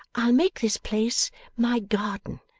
i'll make this place my garden.